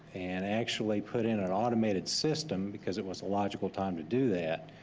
and actually put in an automated system because it was a logical time to do that,